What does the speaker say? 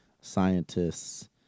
scientists